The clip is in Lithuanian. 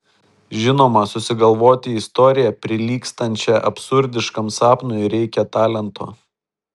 žinoma susigalvoti istoriją prilygstančią absurdiškam sapnui reikia talento